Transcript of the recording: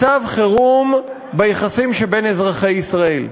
מצב חירום ביחסים שבין אזרחי ישראל.